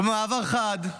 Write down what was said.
ובמעבר חד,